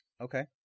Okay